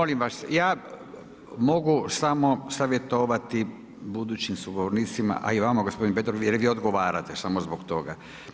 Molim vas, ja mogu samo savjetovati budućim govornicima, a i vama gospodine Petrov jer vi odgovarate, samo zbog toga.